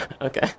okay